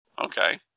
Okay